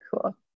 cool